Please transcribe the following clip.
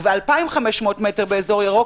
וב-2,500 מטר באזור ירוק,